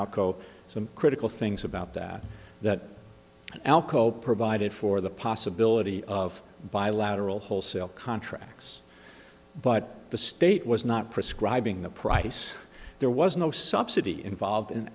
alco some critical things about that that elko provided for the possibility of bilateral wholesale contracts but the state was not prescribing the price there was no subsidy involved in